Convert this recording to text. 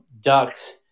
Ducks